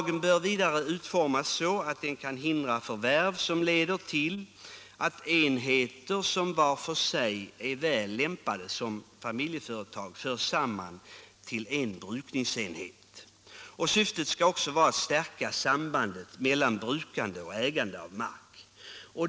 Lagen bör vidare utformas så att den kan hindra förvärv som leder till att enheter, som var för sig är väl lämpade som familjeföretag, förs samman till en brukningsenhet. Syftet skall också vara att stärka sambandet mellan brukande och ägande av mark.